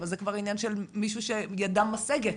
אבל זה כבר עניין של מי שידם משגת.